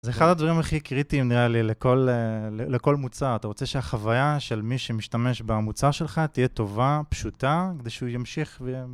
זה אחד הדברים הכי קריטיים, נראה לי, לכל מוצר. אתה רוצה שהחוויה של מי שמשתמש במוצר שלך תהיה טובה, פשוטה, כדי שהוא ימשיך ו...